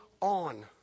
on